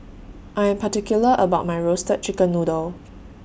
I Am particular about My Roasted Chicken Noodle